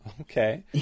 Okay